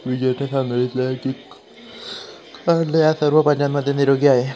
विजयने सांगितलान की कारले ह्या सर्व भाज्यांमध्ये निरोगी आहे